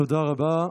תודה רבה.